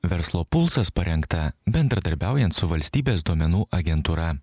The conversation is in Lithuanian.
verslo pulsas parengta bendradarbiaujant su valstybės duomenų agentūra